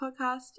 podcast